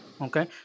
Okay